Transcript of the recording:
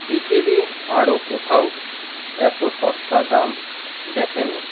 পৃথিবী আরও কোথাও এত সস্তা দাম দেখেনি